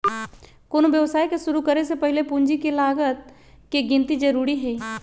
कोनो व्यवसाय के शुरु करे से पहीले पूंजी के लागत के गिन्ती जरूरी हइ